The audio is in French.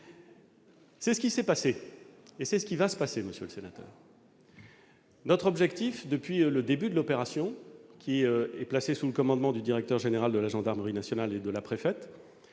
C'est ce qui s'est passé et c'est ce qui va se passer ! Notre objectif, depuis le début de l'opération- celle-ci est placée sous le commandement du directeur général de la gendarmerie nationale et de la préfète,